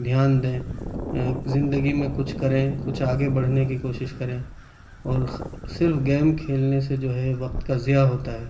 دھیان دیں زندگی میں کچھ کریں کچھ آگے بڑھنے کی کوشش کریں اور صرف گیم کھیلنے سے جو ہے وقت کا زیاں ہوتا ہے